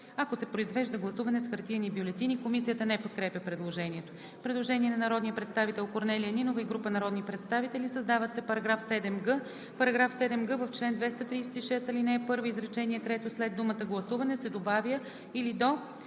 „ако се произвежда гласуване с хартиени бюлетини“.“ Комисията не подкрепя предложението. Предложение на народния представител Корнелия Нинова и група народни представители: „Създава се § 7г: „§ 7г. В чл. 236, ал. 1, изречение трето след думата „гласуване“ се добавя „или до